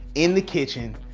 in the kitchen,